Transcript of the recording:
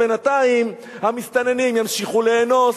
בינתיים המסתננים ימשיכו לאנוס,